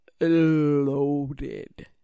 loaded